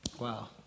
Wow